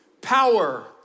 power